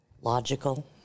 logical